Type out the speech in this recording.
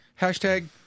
hashtag